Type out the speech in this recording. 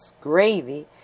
gravy